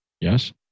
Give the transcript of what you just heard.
Yes